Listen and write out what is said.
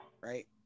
right